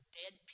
dead